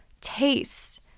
taste